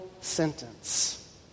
sentence